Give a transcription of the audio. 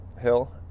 Hill